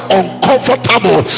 uncomfortable